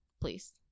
please